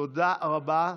תודה רבה.